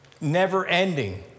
never-ending